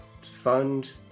fund